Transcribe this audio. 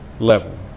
level